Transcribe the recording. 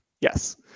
Yes